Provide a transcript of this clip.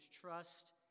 trust